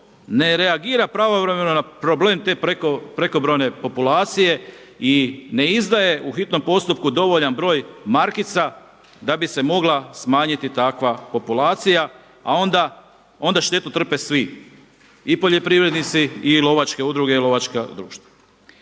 ne reagira pravovremeno na problem te prekobrojne populacije i ne izdaje u hitnom postupku dovoljan broj markica da bi se mogla smanjiti takva populacija, a onda štetu trpe svi i poljoprivrednici i lovačke udruge i lovačka društva.